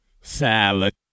Salad